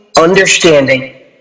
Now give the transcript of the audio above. understanding